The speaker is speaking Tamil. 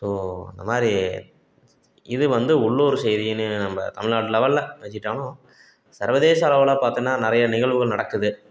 ஸோ அந்த மாதிரி இது வந்து உள்ளூர் செய்தியிலையும் நம்ம தமிழ்நாட்டு லெவல்ல வச்சுக்கிட்டாலும் சர்வதேச அளவில் பார்த்தன்னா நிறைய நிகழ்வுகள் நடக்குது